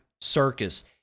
circus